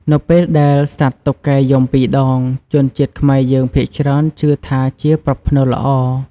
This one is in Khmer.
នៅពេលដែលសត្វតុកែយំពីរដង ជនជាតិខ្មែរយើងភាគច្រើនជឿថាជាប្រផ្នូលល្អ។